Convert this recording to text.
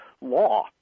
law